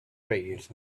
trainers